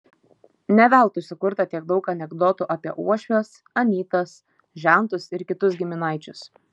ne veltui sukurta tiek daug anekdotų apie uošves anytas žentus ir kitus giminaičius